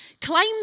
Claim